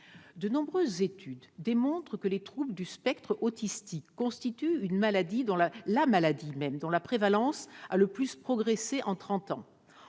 De nombreuses études démontrent que les troubles du spectre autistique constituent la maladie dont la prévalence a le plus progressé en trente